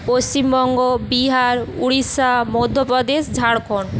Paschimbanga Bihar Orissa Madhya Pradesh Jharkhand